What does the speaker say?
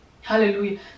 hallelujah